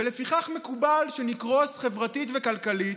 ולפיכך מקובל שנקרוס חברתית וכלכלית,